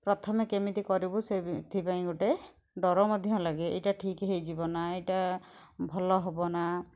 ପ୍ରଥମେ କେମିତି କରିବୁ ସେଥିପାଇଁ ଗୋଟେ ଡର ମଧ୍ୟ ଲାଗେ ଏଇଟା ଠିକ୍ ହୋଇଯିବ ନା ଏଇଟା ଭଲ ହେବ ନା